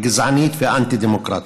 הגזענית והאנטי-דמוקרטית.